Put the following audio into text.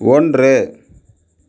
ஒன்று